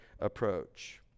Approach